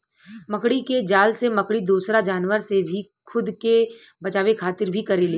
मकड़ी के जाल से मकड़ी दोसरा जानवर से खुद के बचावे खातिर भी करेले